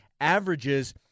averages